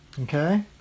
Okay